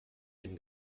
dem